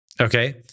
okay